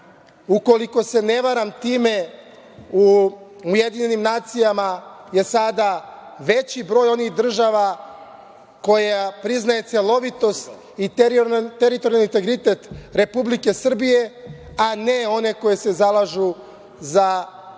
jedna. Ukoliko se ne varam, time u UN je sada veći broj onih država koje priznaju celovitost i teritorijalni integritet Republike Srbije, a ne one koje se zalažu za